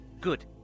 Good